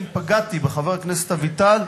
אם פגעתי בחבר הכנסת אביטל,